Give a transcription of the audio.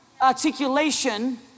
articulation